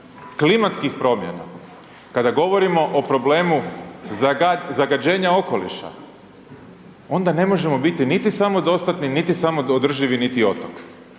klimatskih promjena, kada govorimo o problemu zagađenja okoliša onda ne možemo biti niti samodostatni, niti samoodrživi niti otok.